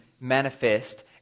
manifest